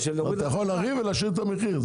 אתה יכול לריב ולהשאיר את המחיר.